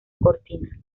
cortina